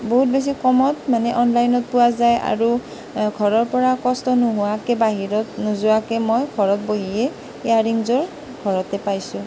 বহুত বেছি কমত মানে অনলাইনত পোৱা যায় আৰু ঘৰৰ পৰা কষ্ট নোহোৱাকৈ বাহিৰত নোযোৱাকৈ মই ঘৰত বহিয়েই ইয়েৰিংযোৰ ঘৰতে পাইছো